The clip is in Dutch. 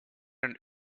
een